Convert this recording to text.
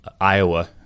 Iowa